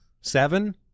seven